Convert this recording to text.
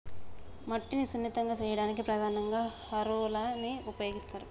మట్టిని సున్నితంగా చేయడానికి ప్రధానంగా హారోలని ఉపయోగిస్తరు